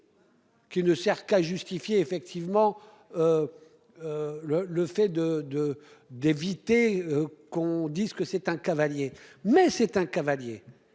Qui ne sert qu'à justifier effectivement. Le le fait de de d'éviter qu'on dise que c'est un cavalier mais c'est un cavalier